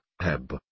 Heb